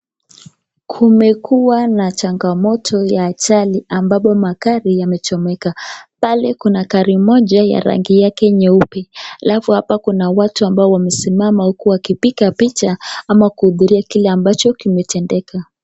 Kumukuwa na changamoto ya ajali ambapo magari yamechomeka pale Kuna gari moja ya rangi yake nyeupe alafu hapa kuna watu ambao wamesimama huku wakipika picha ama kuhudhuria kile ambacho kimetendeka.